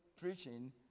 preaching